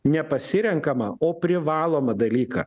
ne pasirenkamą o privalomą dalyką